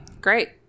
Great